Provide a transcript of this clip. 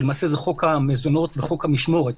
שלמעשה זה חוק המזונות וחוק המשמורת.